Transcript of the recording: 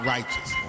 Righteous